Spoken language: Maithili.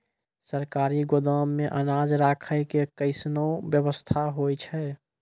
सरकारी गोदाम मे अनाज राखै के कैसनौ वयवस्था होय छै?